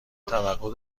توقع